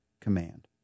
command